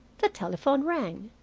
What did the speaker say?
the telephone rang.